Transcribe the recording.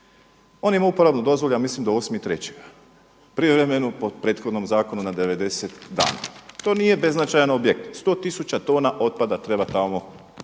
On ima uporabnu dozvolu ja mislim do 8.3. privremenu po prethodnom zakonu na 90 dana. To nije beznačajan objekt, 100 tisuća tona otpada treba tamo godišnje